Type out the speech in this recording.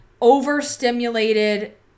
overstimulated